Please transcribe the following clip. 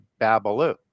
Babalu